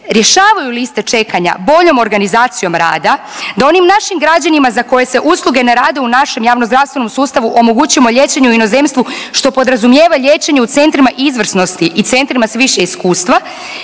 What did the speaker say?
rješavaju liste čekanja boljom organizacijom rada, da onim našim građanima za koje se usluge ne rade u našem javno-zdravstvenom sustavu omogućimo liječenje u inozemstvu, što podrazumijeva liječenje u centrima izvrsnosti i centrima s više iskustva